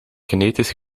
genetisch